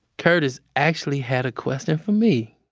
curtis actually had a question for me.